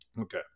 Okay